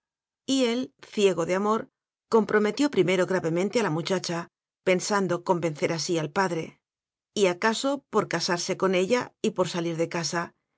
ella y él ciego de amor com prometió primero gravemente a la muchacha pensando convencer así al padre y acaso por casarse con ella y por salir de casa